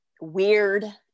weird